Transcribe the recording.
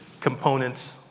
components